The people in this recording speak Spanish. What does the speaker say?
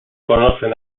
conocen